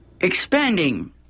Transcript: Expanding